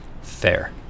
Fair